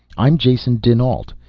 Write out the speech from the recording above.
i'm jason dinalt,